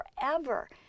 forever